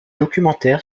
documentaire